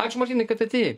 ačiū martynai kad atėjai